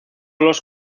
los